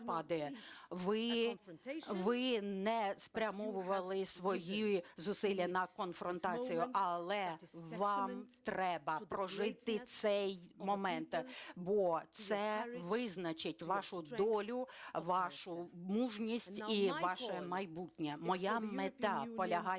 ви не спрямовували свої зусилля на конфронтацію, але вам треба прожити цей момент, бо це визначить вашу долю, вашу мужність і ваше майбутнє. Моя мета полягає в тому,